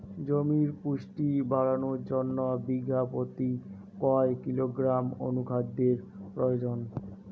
জমির পুষ্টি বাড়ানোর জন্য বিঘা প্রতি কয় কিলোগ্রাম অণু খাদ্যের প্রয়োজন?